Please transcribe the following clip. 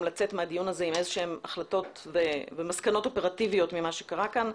לצאת מהדיון הזה עם איזה שהן החלטות ומסקנות אופרטיביות לגבי מה שקרה כאן.